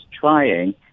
trying